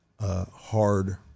hard